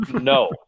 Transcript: No